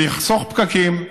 זה יחסוך פקקים,